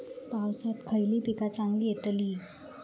पावसात खयली पीका चांगली येतली?